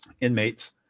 inmates